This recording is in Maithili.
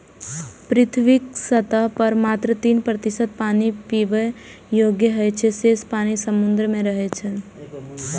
पृथ्वीक सतह पर मात्र तीन प्रतिशत पानि पीबै योग्य होइ छै, शेष पानि समुद्र मे रहै छै